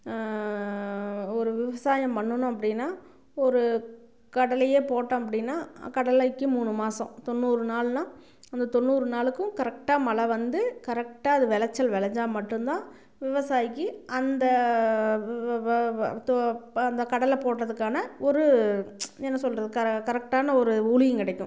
ஒரு விவசாயம் பண்ணனும் அப்படின்னா ஒரு கடலையே போட்டோம் அப்படின்னா கடலைக்கு மூணு மாசம் தொண்ணூறு நாள்ன்னா அந்த தொண்ணூறு நாளுக்கும் கரெக்டாக மழை வந்து கரெக்டாக அதை விளச்சல் விளஞ்சா மட்டும்தான் விவசாயிக்கு அந்த அந்த கடலை போடுறதுக்கான ஒரு என்ன சொல்லுறது கரெ கரெக்டான ஒரு ஊழியம் கிடைக்கும்